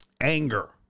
anger